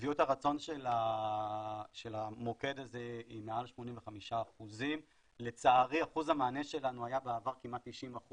שביעות הרצון של המוקד הזה היא מעל 85%. לצערי אחוז המענה שלנו היה בעבר כמעט 90%,